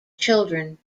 children